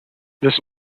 this